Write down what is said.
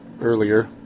earlier